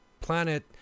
planet